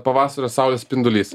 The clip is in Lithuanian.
pavasario saulės spindulys